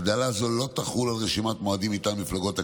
הגדלה זו לא תחול על רשימת מועמדים מטעם מפלגות הכנסת,